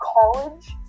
college